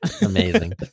Amazing